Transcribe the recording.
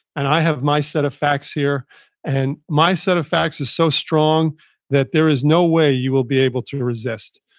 and i have my set of facts here and my set of facts is so strong that there is no way you will be able to resist.